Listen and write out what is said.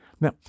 Now